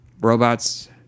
robots